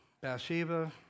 Bathsheba